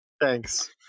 Thanks